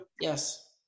Yes